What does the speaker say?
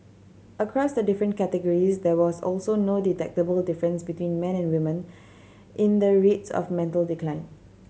across the different categories there was also no detectable difference between man and women in the rates of mental decline